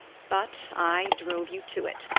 but i drove you to it.